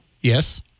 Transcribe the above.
Yes